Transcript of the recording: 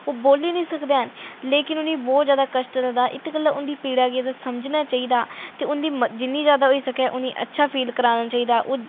ओह् बोल्ली निं सकदे लेकिन उ'नें गी बहुत जैदा कश्ट लगदा उं'दी पीड़ असें समझना चाहिदी जिन्ना जैदा होई सकदा उ'नें गी अच्छा फील कराना चाहिदा